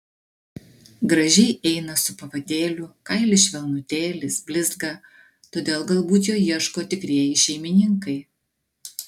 gražiai eina su pavadėliu kailis švelnutėlis blizga todėl galbūt jo ieško tikrieji šeimininkai